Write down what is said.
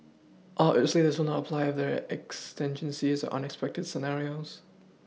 obviously this will not apply if there are exigencies or unexpected scenarios